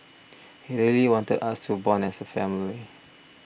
he really wanted us to bond as a family